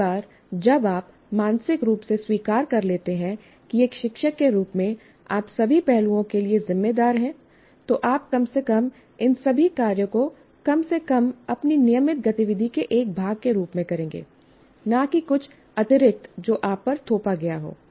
एक बार जब आप मानसिक रूप से स्वीकार कर लेते हैं कि एक शिक्षक के रूप में आप सभी पहलुओं के लिए जिम्मेदार हैं तो आप कम से कम इन सभी कार्यों को कम से कम अपनी नियमित गतिविधि के एक भाग के रूप में करेंगे न कि कुछ अतिरिक्त जो आप पर थोपा गया हो